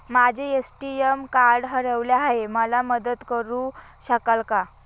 माझे ATM card हरवले आहे, मला मदत करु शकाल का?